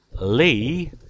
Lee